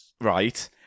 Right